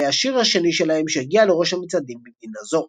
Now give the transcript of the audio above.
והיה השיר השני שלהם שהגיע לראש המצעדים במדינה זו.